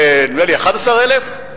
נדמה לי 11,000,